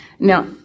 Now